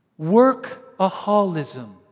Workaholism